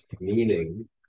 meaning